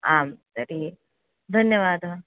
आं तर्हि धन्यवादः